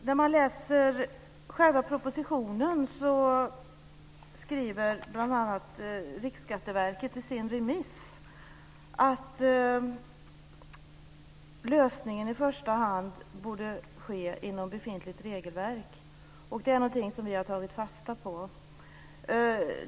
När man läser propositionen ser man att Riksskatteverket i sitt remissvar skriver att lösningen i första hand borde uppnås inom befintligt regelverk. Det är någonting som vi har tagit fasta på.